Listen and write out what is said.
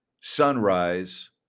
Sunrise